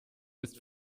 ist